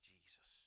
Jesus